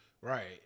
Right